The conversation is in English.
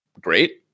great